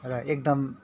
र एकदम